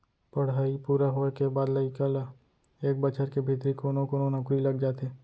पड़हई पूरा होए के बाद लइका ल एक बछर के भीतरी कोनो कोनो नउकरी लग जाथे